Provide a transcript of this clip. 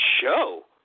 show